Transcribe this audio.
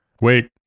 wait